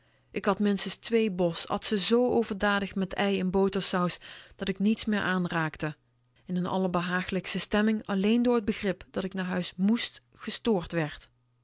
k at minstens twee bos at ze zoo overdadig met ei en botersaus dat k niets meer aanraakte in n allerbehagelijkste stemming alleen door t begrip dat k naar huis mést gestoord werd